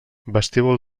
vestíbul